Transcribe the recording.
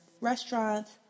restaurants